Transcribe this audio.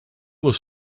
was